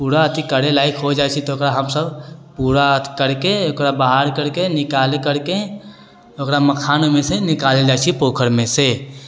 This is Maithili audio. पूरा अथि करै लायक होइ जाइ छै तऽ ओकरा हम सभ पूरा अथि कैरिके बाहर कैरिके निकाल कैरिके ओकरा मखान ओहिमेसँ निकाले छी पोखरिमेसँ